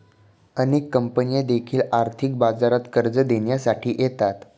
अनेक कंपन्या देखील आर्थिक बाजारात कर्ज देण्यासाठी येतात